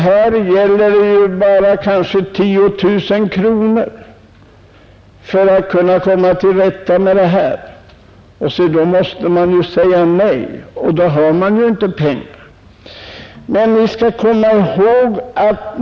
För att komma till rätta med det förhållande som jag nu har berört behövs kanske 10 000 kronor, men då måste man säga nej — då har man inte pengar. Det är verkligen konstigt.